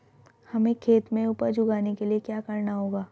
हमें खेत में उपज उगाने के लिये क्या करना होगा?